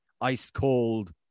ice-cold